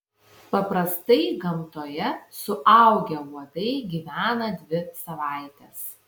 paprastai gamtoje suaugę uodai gyvena dvi savaites